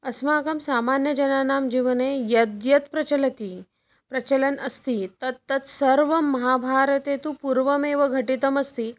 अस्माकं सामान्यजनानां जीवने यद्यत् प्रचलति प्रचलन् अस्ति तत् तत् सर्वं महाभारते तु पूर्वमेव घटितमस्ति